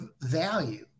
value